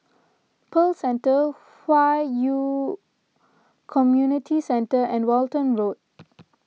Pearl Centre Hwi Yoh Community Centre and Walton Road